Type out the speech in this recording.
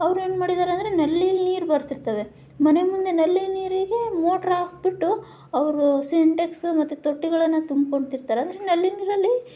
ಅವ್ರೇನು ಮಾಡಿದ್ದಾರೆ ಅಂರೆ ನಲ್ಲಿಯಲ್ಲಿ ನೀರು ಬರ್ತಿರ್ತಾವೆ ಮನೆ ಮುಂದೆ ನಲ್ಲಿಯಲ್ಲಿ ನೀರಿಗೆ ಮೋಟಾರ್ ಹಾಕಿಬಿಟ್ಟು ಅವರು ಸಿಂಟೆಕ್ಸ್ ಮತ್ತೆ ತೊಟ್ಟಿಗಳನ್ನು ತುಂಬ್ಕೊಳ್ತಿರ್ತಾರೆ ಅಂದರೆ ನಲ್ಲಿ ನೀರಲ್ಲಿ